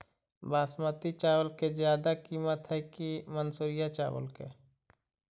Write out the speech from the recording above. बासमती चावल के ज्यादा किमत है कि मनसुरिया चावल के?